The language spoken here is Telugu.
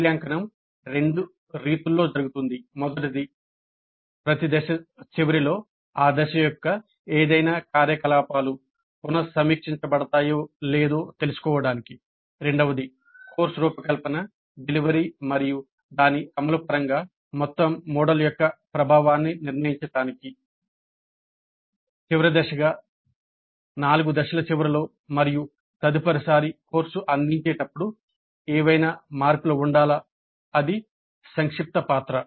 మూల్యాంకనం రెండు రీతుల్లో జరుగుతుంది కోర్సు రూపకల్పన డెలివరీ మరియు దాని అమలు పరంగా మొత్తం మోడల్ యొక్క ప్రభావాన్ని నిర్ణయించడానికి చివరి దశగా 4 దశల చివరలో మరియు తదుపరి సారి కోర్సు అందించేటప్పుడు ఏమైనా మార్పులు ఉండాలా అది సంక్షిప్త పాత్ర